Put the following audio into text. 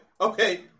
Okay